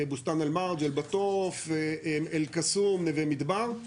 בוסתאן אל מרג' אל בטוף, אל קסום, נווה מדבר.